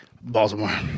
Baltimore